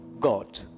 God